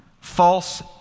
false